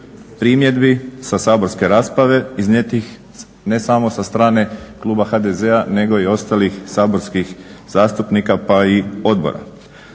primjedbi sa saborske rasprave iznijetih ne samo sa strane kluba HDZ-a, nego i ostalih saborskih zastupnika pa i odbora.